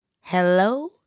Hello